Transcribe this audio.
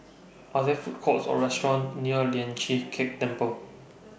Are There Food Courts Or restaurants near Lian Chee Kek Temple